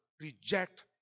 reject